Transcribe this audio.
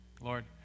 Lord